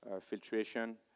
filtration